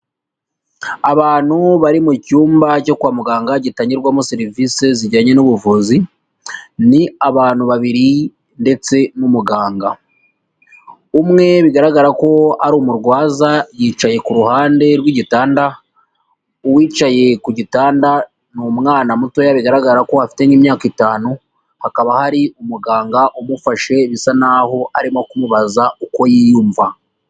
Abantu bari mu cyumba cyo kwa muganga gitangirwamo serivise zijyanye n'ubuvuzi, ni abantu babiri ndetse n'umuganga, umwe bigaragara ko ari umurwaza yicaye ku ruhande rw'igitanda, uwicaye ku gitanda ni umwana mutoya bigaragara ko afite nk'imyaka itanu, hakaba hari umuganga umufashe bisa n'aho arimo kumubaza uko yiyumva.